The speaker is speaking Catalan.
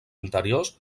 interiors